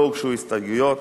לא הוגשו הסתייגויות,